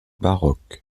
baroques